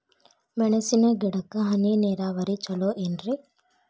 ಮೆಣಸಿನ ಗಿಡಕ್ಕ ಹನಿ ನೇರಾವರಿ ಛಲೋ ಏನ್ರಿ?